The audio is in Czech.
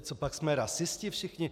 Copak jsme rasisti všichni?